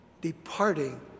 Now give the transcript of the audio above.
departing